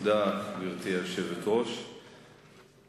גברתי היושבת-ראש, תודה.